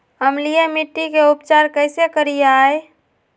अम्लीय मिट्टी के उपचार कैसे करियाय?